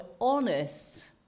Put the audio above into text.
honest